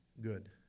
good